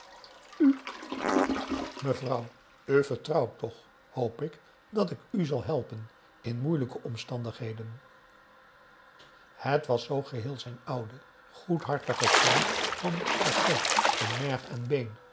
mevrouw u vertrouwt toch hoop ik dat ik u zal helpen in moeielijke omstandigheden het was zoo geheel zijn ouden goedhartigen toon van bon garçon in merg en been